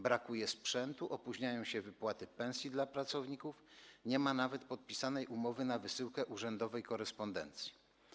Brakuje sprzętu, opóźniają się wypłaty pensji dla pracowników, nie ma nawet podpisanej umowy na wysyłkę urzędowej korespondencji.